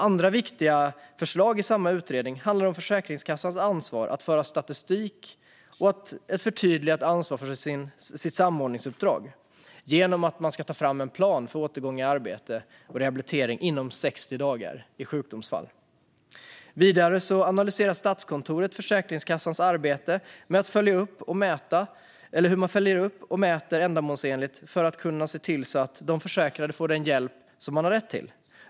Andra viktiga förslag i samma utredning handlar om Försäkringskassans ansvar att föra statistik och ett förtydligat ansvar för sitt samordningsuppdrag genom att man ska ta fram en plan för återgång i arbete och rehabilitering inom 60 dagar vid sjukdomsfall. Vidare analyserar Statskontoret Försäkringskassans arbete med hur man följer upp och mäter ändamålsenligt för att kunna se till att de försäkrade får den hjälp som de har rätt till.